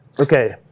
Okay